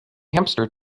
hamster